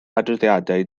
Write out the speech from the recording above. adroddiadau